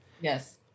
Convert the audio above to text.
Yes